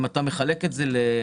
אם אתה מחלק את זה לחודש,